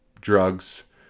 drugs